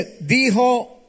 dijo